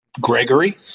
gregory